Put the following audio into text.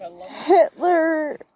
Hitler